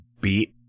beat